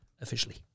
Officially